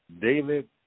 David